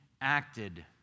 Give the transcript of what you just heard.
acted